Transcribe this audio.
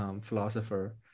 Philosopher